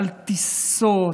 על טיסות,